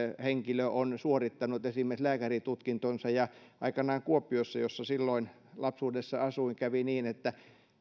henkilö on suorittanut esimerkiksi lääkäritutkintonsa ja aikanaan kuopiossa jossa silloin lapsuudessani asuin kävi niin että